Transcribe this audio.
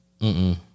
Mm-mm